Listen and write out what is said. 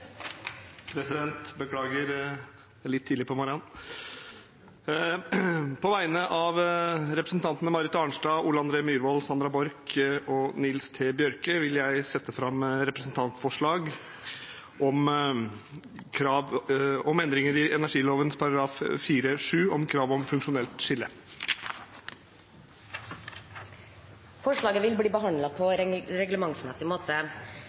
På vegne av representantene Marit Arnstad, Sandra Borch, Nils T. Bjørke og meg selv vil jeg sette fram et representantforslag om endringer i energiloven § 4-7 om krav om funksjonelt skille. Forslagene vil bli behandlet på reglementsmessig måte.